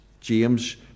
James